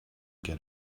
get